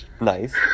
Nice